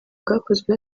bwakozwe